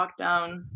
lockdown